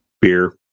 Beer